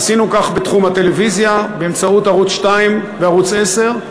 עשינו כך בתחום הטלוויזיה באמצעות ערוץ 2 וערוץ 10,